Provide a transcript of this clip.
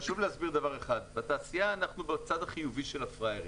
חשוב להסביר שבתעשייה אנחנו בצד החיובי של הפראיירים.